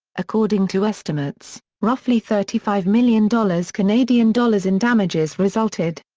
according to estimates, roughly thirty five million dollars canadian dollars in damages resulted.